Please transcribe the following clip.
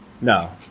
No